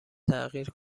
تغییر